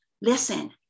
Listen